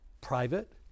private